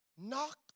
Knock